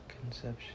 Conception